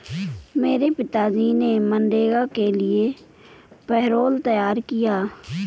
मेरे पिताजी ने मनरेगा के लिए पैरोल तैयार किया